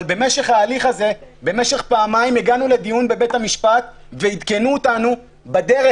אבל במשך ההליך הזה פעמיים הגענו לדיון בבית המשפט ועדכנו אותנו בדרך,